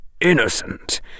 innocent